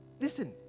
Listen